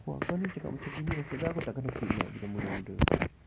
!wah! kau ni cakap macam gini nasib baik aku tak kena kidnap bila muda-muda